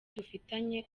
dufitanye